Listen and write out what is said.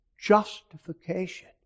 justification